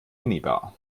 minibar